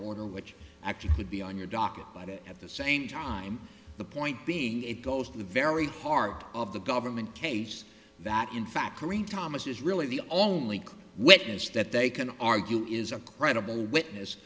which actually would be on your docket but at the same time the point being it goes to the very heart of the government case that in fact corinne thomas is really the only witness that they can argue is a credible witness